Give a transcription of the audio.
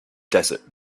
desert